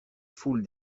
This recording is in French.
foule